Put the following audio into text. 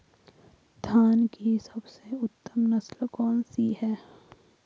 धान की सबसे उत्तम नस्ल कौन सी है?